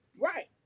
Right